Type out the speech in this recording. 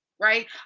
right